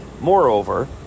Moreover